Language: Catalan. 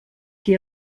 qui